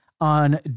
on